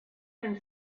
can